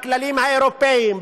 בכללים האירופיים,